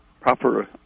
proper